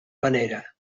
panera